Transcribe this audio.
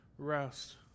Rest